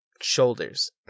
shoulders